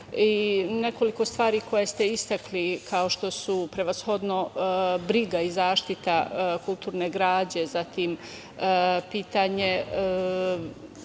oblasti. Nekoliko stvari koje ste istakli, kao što su prevashodno briga i zaštita kulturne građe, zatim pitanje